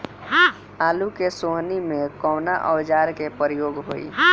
आलू के सोहनी में कवना औजार के प्रयोग होई?